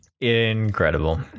Incredible